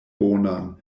bonan